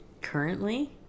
Currently